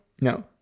no